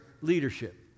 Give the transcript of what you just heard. leadership